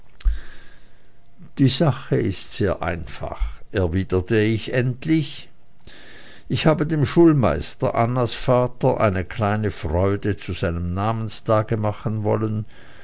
die sache ist sehr einfach erwiderte ich endlich ich habe dem schulmeister annas vater eine kleine freude zu seinem namenstage machen wollen